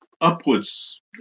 upwards